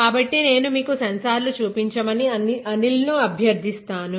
కాబట్టి నేను మీకు సెన్సార్లను చూపించమని అనిల్ ను అభ్యర్థిస్తాను